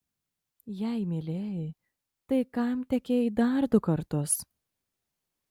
jei mylėjai tai kam tekėjai dar du kartus